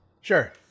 sure